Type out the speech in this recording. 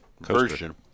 version